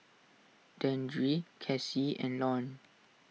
Dandre Casey and Lorne